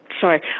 Sorry